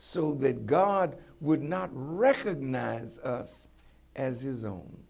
so that god would not recognize us as his own